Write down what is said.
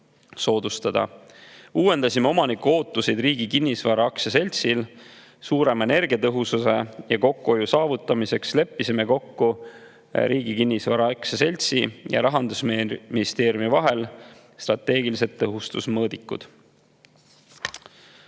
soodustada. Uuendasime omaniku ootusi Riigi Kinnisvara Aktsiaseltsile. Suurema energiatõhususe ja kokkuhoiu saavutamiseks leppisid Riigi Kinnisvara Aktsiaselts ja Rahandusministeerium kokku strateegilised tõhustusmõõdikud.